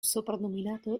soprannominato